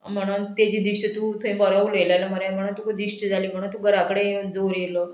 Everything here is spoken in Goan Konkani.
म्हणोन तेजे दिश्ट तूं थंय बरो उलयलेलो मरे म्हणून तुका दिश्ट जाली म्हणून तूं घरा कडेन येवन जोर येयलो